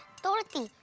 dorothy,